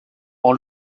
ont